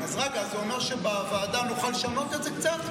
זה אומר שבוועדה נוכל לשנות את זה קצת?